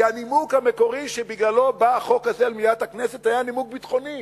כי הנימוק המקורי שבגללו בא החוק הזה למליאת הכנסת היה נימוק ביטחוני,